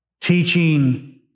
teaching